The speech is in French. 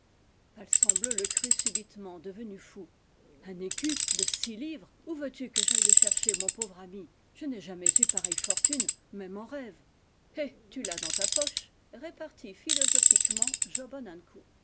palsambleu le crut subitement devenu fou un écu de six livres où veux-tu que j'aille le cher cher mon pauvre ami je n'ai jamais eu pareille fortune même en rêve eh tu l'as dans ta poche repartit philosophique ment job